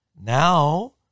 Now